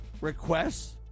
requests